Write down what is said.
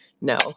no